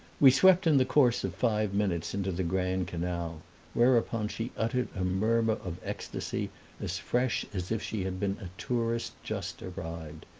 we swept in the course of five minutes into the grand canal whereupon she uttered a murmur of ecstasy as fresh as if she had been a tourist just arrived.